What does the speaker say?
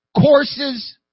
Courses